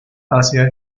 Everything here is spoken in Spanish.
hacia